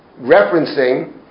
referencing